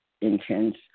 intense